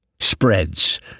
Spreads